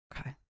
Okay